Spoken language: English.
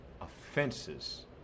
offenses